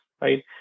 Right